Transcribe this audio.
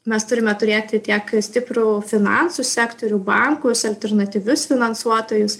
mes turime turėti tiek stiprų finansų sektorių bankus alternatyvius finansuotojus